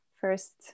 first